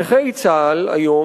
נכי צה"ל היום,